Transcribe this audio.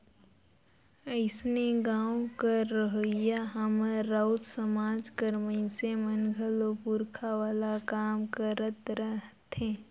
अइसने गाँव कर रहोइया हमर राउत समाज कर मइनसे मन घलो पूरखा वाला काम करत रहथें